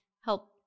help